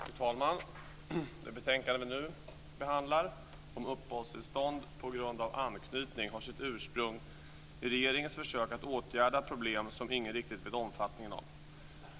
Fru talman! Det betänkande vi nu behandlar om uppehållstillstånd på grund av anknytning har sitt ursprung i regeringens försök att åtgärda problem som ingen riktigt vet omfattningen av.